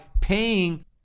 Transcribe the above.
paying